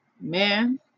Man